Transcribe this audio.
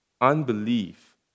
Unbelief